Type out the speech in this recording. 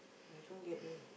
I don't get you